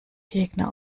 gegner